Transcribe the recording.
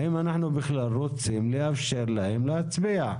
האם אנחנו בכלל רוצים לאפשר להם להצביע.